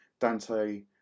Dante